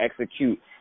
execute